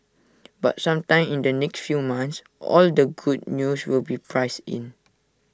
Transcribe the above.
but sometime in the next few months all the good news will be priced in